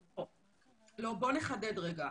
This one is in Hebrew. לא, בוא נחדד רגע.